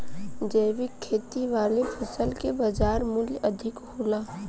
जैविक खेती वाला फसल के बाजार मूल्य अधिक होला